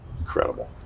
Incredible